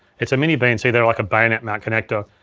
it's a mini bnc, they're like a bayonet mount connector,